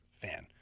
fan